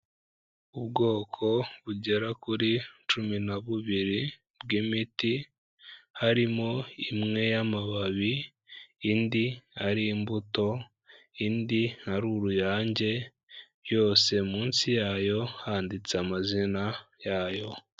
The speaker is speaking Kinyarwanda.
Ubwoko bugera kuri cumi na bubiri bw'imiti, harimo imwe y'amababi indi ari imbuto, indi ari uruyange, yose munsi yayo handitse amazina yayo.